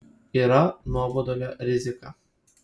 yra nuobodulio rizika